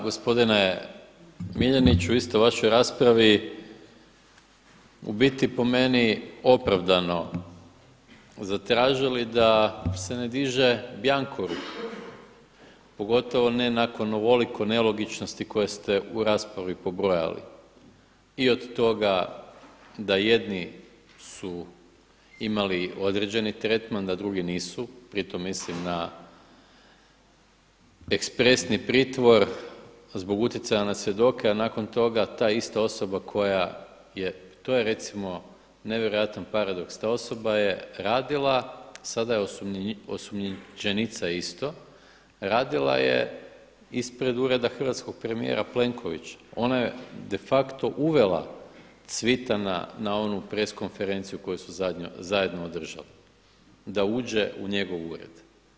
Gospodine Miljeniću, vi ste u vašoj raspravi u biti po meni opravdano zatražili da se ne diže bjanko ruka, pogotovo ne nakon ovoliko nelogičnosti koje ste u raspravi pobrojali i od toga da jedni su imali određeni tretman, da drugi nisu, pri tom mislim na ekspresni pritvor zbog utjecaja na svjedoke, a nakon toga ta ista osoba koja je to je recimo nevjerojatan paradoks, ta osoba je radila, sada je osumnjičenica isto, radila je ispred Ureda hrvatskog premijera Plenkovića, onda je de facto uvela Cvitana na onu press konferenciju koju su zajedno održali da uđe u njegov ured.